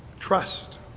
Trust